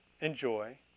enjoy